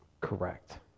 Correct